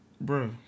Bro